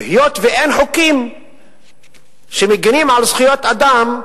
היות שאין חוקים שמגינים על זכויות אדם,